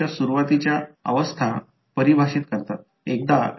कारण तेथे 2 कॉइलस् आहेत म्हणून पुनरावृत्ती होईल तेथे दोन वेळा सर्किट असेल ते येईल